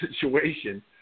situation